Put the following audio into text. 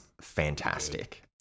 fantastic